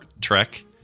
Trek